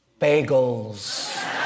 bagels